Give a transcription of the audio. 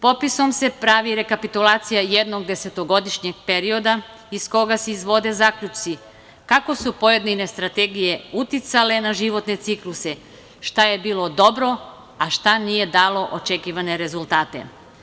Popisom se pravi rekapitulacija jednog desetogodišnjeg perioda iz koga se izvode zaključci kako su pojedine strategije uticale na životne cikluse, šta je bilo dobro, a šta nije dalo očekivane rezultate.